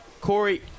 Corey